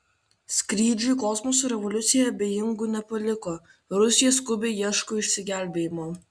skrydžių į kosmosą revoliucija abejingų nepaliko rusija skubiai ieško išsigelbėjimo